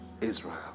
Israel